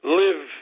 live